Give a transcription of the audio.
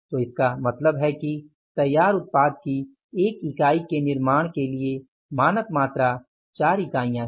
तो इसका मतलब है कि तैयार उत्पाद की 1 इकाई के निर्माण के लिए मानक मात्रा 4 इकाइयां है